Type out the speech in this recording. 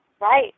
Right